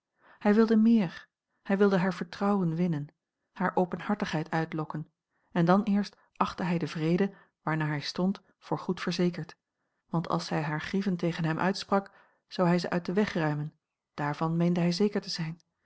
hij wilde meer hij wilde haar vertrouwen winnen hare openhartigheid uitlokken en dan eerst achtte hij den vrede waarnaar hij stond voor goed verzekerd want als zij hare grieven tegen hem uitsprak zou hij ze uit den weg ruimen daarvan meende hij zeker te zijn